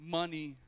money